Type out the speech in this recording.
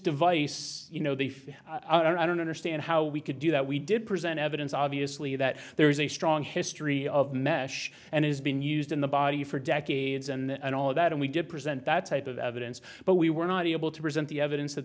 device you know they found out i don't understand how we could do that we did present evidence obviously that there is a strong history of mesh and has been used in the body for decades and all that and we did present that type of evidence but we were not able to present the evidence that